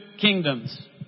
kingdoms